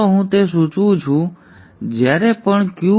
તેથી ચાલો હું તે સૂચવું છું વાદળી વેવફોર્મ તરીકે